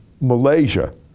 Malaysia